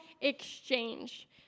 exchange